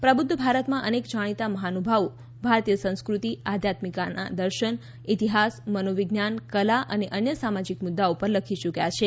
પ્રબુધ્ધ ભારતમાં અનેક જાણીતા મહાનુભાવો ભારતીય સંસ્કૃતિ આધ્યાત્મિકતા દર્શન ઇતિહાસ મનોવિજ્ઞાન કલા અને અન્ય સામાજીક મુદ્દાઓ પર લખી ચૂક્યા છે